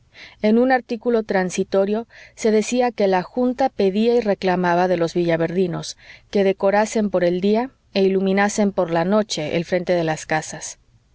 en un artículo transitorio se decía que la junta pedía y reclamaba de los villaverdinos que decorasen por el día e iluminasen por la noche el frente de las casas